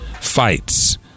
fights